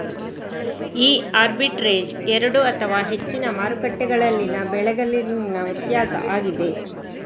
ಈ ಆರ್ಬಿಟ್ರೇಜ್ ಎರಡು ಅಥವಾ ಹೆಚ್ಚಿನ ಮಾರುಕಟ್ಟೆಗಳಲ್ಲಿನ ಬೆಲೆಗಳಲ್ಲಿನ ವ್ಯತ್ಯಾಸ ಆಗಿದೆ